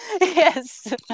Yes